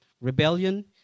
Rebellion